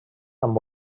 amb